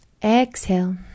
exhale